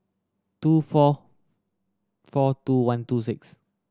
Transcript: two four four two one two six